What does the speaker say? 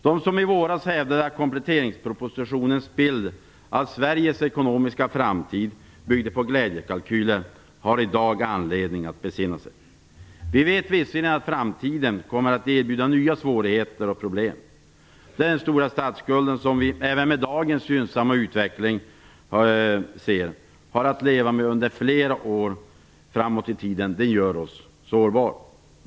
De som i våras hävdade att kompletteringspropositionens bild att Sveriges ekonomiska framtid byggde på glädjekalkyler har i dag anledning att besinna sig. Vi vet visserligen att framtiden kommer att erbjuda nya svårigheter och problem. Den stora statsskulden som vi, även med dagens gynnsamma utveckling, har att leva med under flera år framåt gör oss sårbara.